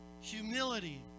Humility